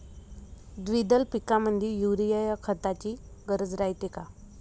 द्विदल पिकामंदी युरीया या खताची गरज रायते का?